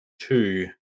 two